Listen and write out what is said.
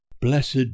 Blessed